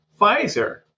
Pfizer